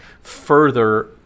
further